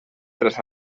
tras